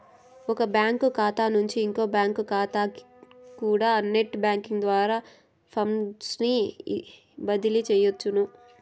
ఒక బ్యాంకు కాతా నుంచి ఇంకో బ్యాంకు కాతాకికూడా నెట్ బ్యేంకింగ్ ద్వారా ఫండ్సుని బదిలీ సెయ్యొచ్చును